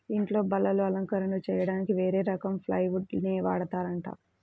ఇంట్లో బల్లలు, అలంకరణలు చెయ్యడానికి వేరే రకం ప్లైవుడ్ నే వాడతారంట